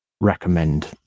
recommend